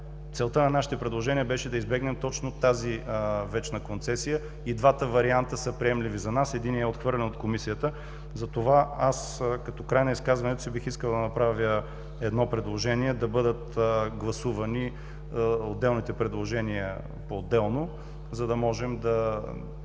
Целта на нашите предложения беше да избегнем точно тази „вечна концесия“. И двата варианта са приемливи за нас. Единият е отхвърлен от Комисията. Затова като край на изказването си бих искал да направя едно предложение – да бъдат гласувани отделните предложения поотделно. Надявам се,